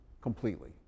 completely